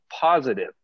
positive